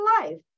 life